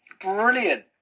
brilliant